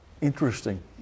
Interesting